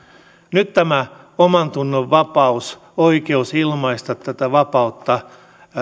nyt tämä omantunnonvapaus ja oikeus ilmaista tätä vapautta